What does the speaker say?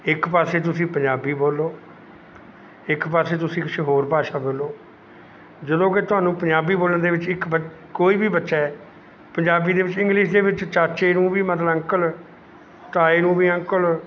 ਇੱਕ ਪਾਸੇ ਤੁਸੀਂ ਪੰਜਾਬੀ ਬੋਲੋ ਇੱਕ ਪਾਸੇ ਤੁਸੀਂ ਕੁਛ ਹੋਰ ਭਾਸ਼ਾ ਬੋਲੋ ਜਦੋਂ ਕਿ ਤੁਹਾਨੂੰ ਪੰਜਾਬੀ ਬੋਲਣ ਦੇ ਵਿੱਚ ਇੱਕ ਬੱਚ ਕੋਈ ਵੀ ਬੱਚਾ ਹੈ ਪੰਜਾਬੀ ਦੇ ਵਿੱਚ ਇੰਗਲਿਸ਼ ਦੇ ਵਿੱਚ ਚਾਚੇ ਨੂੰ ਵੀ ਮਤਲਬ ਅੰਕਲ ਤਾਏ ਨੂੰ ਵੀ ਅੰਕਲ